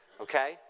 Okay